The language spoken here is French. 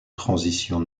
transition